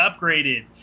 upgraded